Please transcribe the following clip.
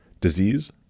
Disease